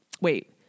wait